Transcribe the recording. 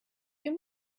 can